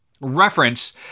reference